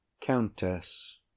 COUNTESS